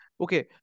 okay